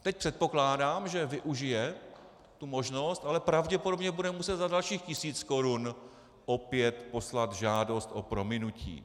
Teď předpokládám, že využije tu možnost, ale pravděpodobně bude muset za dalších tisíc korun opět poslat žádost o prominutí.